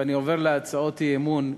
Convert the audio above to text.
ואני עובר להצעות האי-אמון,